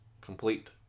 complete